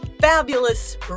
fabulous